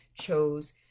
chose